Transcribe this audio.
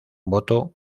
voto